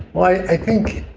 i think,